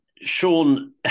Sean